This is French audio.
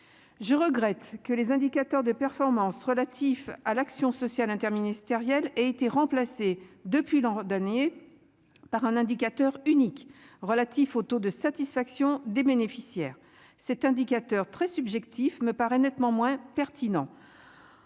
je regrette que les indicateurs de performance relatifs à l'action sociale interministérielle et été remplacé depuis l'an dernier par un indicateur unique relatifs au taux de satisfaction des bénéficiaires, cet indicateur très subjectif, me paraît nettement moins pertinent,